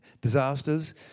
disasters